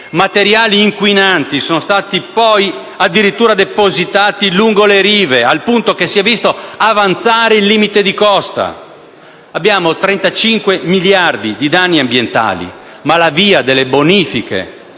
Materiali inquinanti sono stati addirittura depositati lungo le rive, al punto che si è visto avanzare il limite di costa. Abbiamo 35 miliardi di euro di danni ambientali, ma la via delle bonifiche